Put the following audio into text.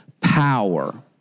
Power